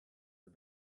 der